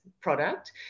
product